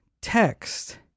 text